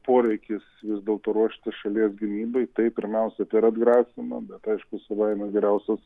poreikis vis dėlto ruošti šalies gynybai taip pirmiausia per atgrasymą bet aišku savaime geriausias